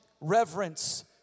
reverence